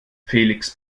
felix